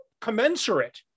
commensurate